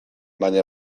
baina